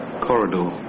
corridor